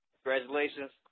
Congratulations